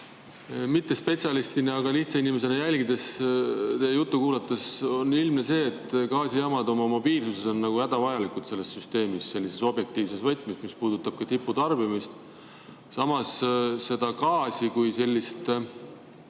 Mittespetsialistina, lihtsa inimesena jälgides ja teie juttu kuulates [ütlen], et on ilmne see, et gaasijaamad oma mobiilsuses on hädavajalikud selles süsteemis, selles objektiivses võtmes, mis puudutab ka tiputarbimist. Samas, gaasi kui vara